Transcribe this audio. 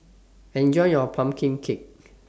Enjoy your Pumpkin Cake